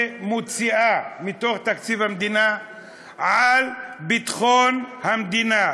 מתוך תקציב המדינה על ביטחון המדינה,